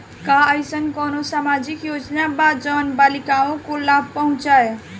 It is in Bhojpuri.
का अइसन कोनो सामाजिक योजना बा जोन बालिकाओं को लाभ पहुँचाए?